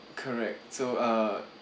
correct so uh